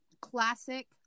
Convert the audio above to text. classic